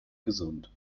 gesund